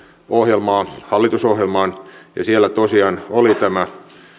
ohjelmaa hallitusohjelmaan ja siellä tosiaan oli tämä